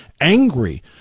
angry